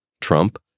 Trump